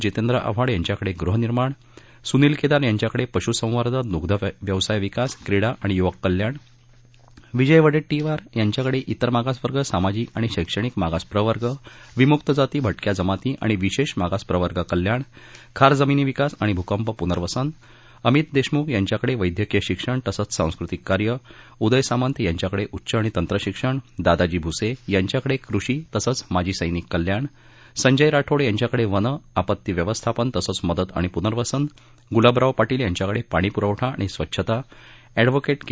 जितेंद्र आव्हाड यांच्याकडे गृहनिर्माण सूनिल केदार यांच्याकडे पशूसंवर्धन दुग्ध व्यवसाय विकास क्रीडा आणि यूवक कल्याण विजय वडेट्टीवार यांच्याकडे इतर मागासवर्ग सामाजिक आणि शक्तिणक मागास प्रवर्ग विमुक्त जाती भार्क्या जमाती आणि विशेष मागास प्रवर्ग कल्याण खार जमिनी विकास आणि भुकंप पुनर्वसन अमित देशमुख यांच्याकडे वद्यक्तीय शिक्षण तसंच सांस्कृतिक कार्य उदय सामंत यांच्याकडे उच्च आणि तंत्र शिक्षण दादाजी भुसे यांच्याकडे कृषि तसंच माजी समिक कल्याण संजय राठोड यांच्याकडे वनं आपत्ती व्यवस्थापन तसंच मदत आणि पुनर्वसन गुलाबराव पार्टील यांच्याकडे पाणी पुरवठा आणि स्वच्छता अँडव्होके के